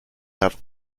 have